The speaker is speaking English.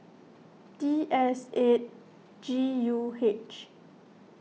T S eight G U H